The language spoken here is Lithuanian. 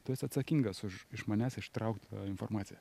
tu esi atsakingas už iš manęs ištraukt informaciją